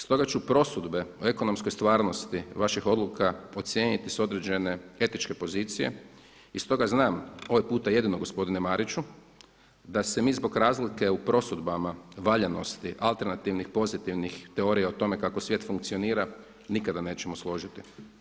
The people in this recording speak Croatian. Stoga ću prosudbe o ekonomskoj stvarnosti vaših odluka ocijeniti s određene etičke pozicije i stoga znam ovaj puta jedino gospodine Mariću da se mi zbog razlike u prosudbama valjanosti alternativnih pozitivnih teorija o tome kako svijet funkcionira nikada nećemo složiti.